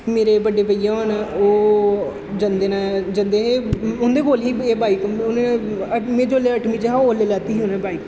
मेरे बड्डे भइया हून ओह् जंदे न जंदे हे उं'दे कोल ही एह् बाइक में जोल्लै अठमीं च हा ओल्लै लैती ही उ'नें एह् बाइक